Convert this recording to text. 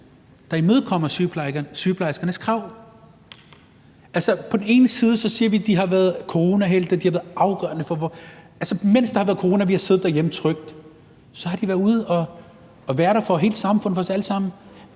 der imødekommer sygeplejerskernes krav. Vi siger, at de har været coronahelte, og at de har været afgørende, for mens der har været corona og vi har siddet derhjemme trygt, har de været ude at være der for hele samfundet og for os alle sammen.